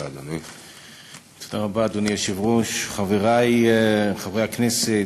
אדוני היושב-ראש, תודה רבה, חברי חברי הכנסת,